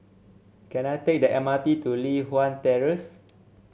can I take the M R T to Li Hwan Terrace